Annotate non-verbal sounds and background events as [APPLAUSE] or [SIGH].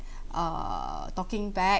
[BREATH] err talking back